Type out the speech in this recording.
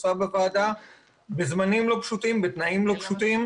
עושה בוועדה בזמנים לא פשוטים ובתנאים לא פשוטים.